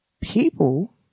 people